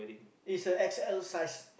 is a x_l size